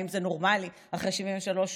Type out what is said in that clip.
האם זה נורמלי, אחרי 73 שנים?